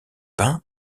peint